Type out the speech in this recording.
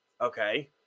Okay